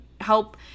help